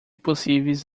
possíveis